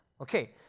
Okay